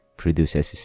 produces